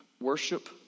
worship